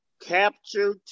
captured